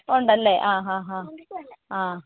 ഉണ്ടല്ലേ ആ ഹാ ഹാ ആ